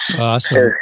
Awesome